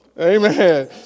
Amen